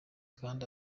kandi